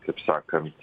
kaip sakant